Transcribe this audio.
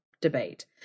debate